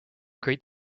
great